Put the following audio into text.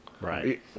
right